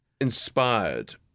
inspired